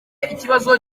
ikibazo